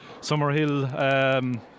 Summerhill